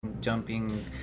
jumping